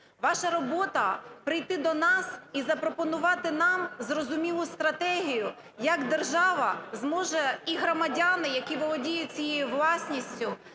Ваша робота - прийти до нас і запропонувати нам зрозумілу стратегію, як держава зможе, і громадяни, які володіють цією власністю,